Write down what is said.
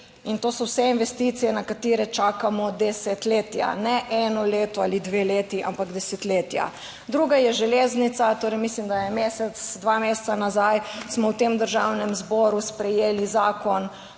In to so vse investicije, na katere čakamo desetletja, ne eno leto ali dve leti, ampak desetletja. Druga je železnica. Mislim, da mesec, dva nazaj smo v Državnem zboru sprejeli Zakon